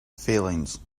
feelings